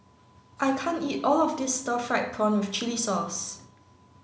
I can't eat all of this stir fried prawn with chili sauce